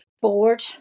board